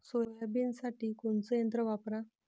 सोयाबीनसाठी कोनचं यंत्र वापरा?